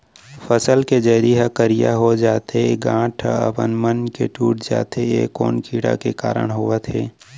फसल के जरी ह करिया हो जाथे, गांठ ह अपनमन के टूट जाथे ए कोन कीड़ा के कारण होवत हे?